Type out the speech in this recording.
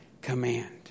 command